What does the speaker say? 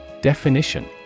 Definition